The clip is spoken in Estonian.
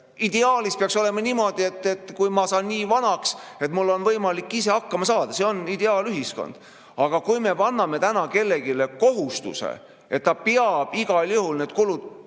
Ideaalis peaks olema niimoodi, et kui ma saan nii vanaks, siis mul on võimalik ise hakkama saada. See on ideaalühiskond. Aga kui me paneme kellelegi kohustuse, et ta peab igal juhul need kulud